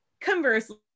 conversely